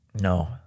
No